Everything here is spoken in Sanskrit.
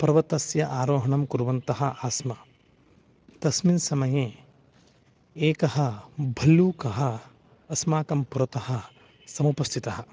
पर्वतस्य आरोहणं कुर्वन्तः आस्म तस्मिन् समये एकः भल्लूकः अस्मान् पुरतः समुपस्थितः